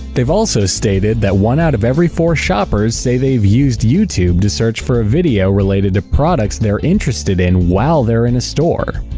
they've also stated that one out of every four shoppers say that they've used youtube to search for a video related to products they're interested in while they're in a store.